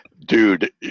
Dude